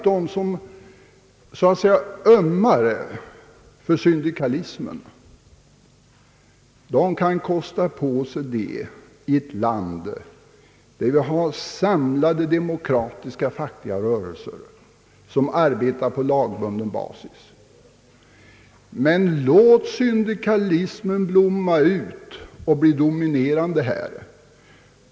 De som ömmar för syndi kalismen kan kosta på sig detta i ett land, där vi har samlade demokratiska fackliga rörelser som arbetar på lagbunden basis. Men låt oss tänka oss att syndikalismen blommar ut och blir dominerande.